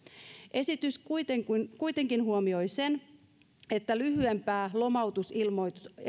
esitys kuitenkin huomioi sen että lyhyempää lomautusilmoitusaikaa